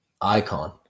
Icon